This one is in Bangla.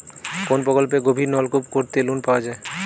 কোন প্রকল্পে গভির নলকুপ করতে লোন পাওয়া য়ায়?